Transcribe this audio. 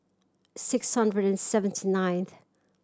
six hundred seventy ninth